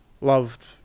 loved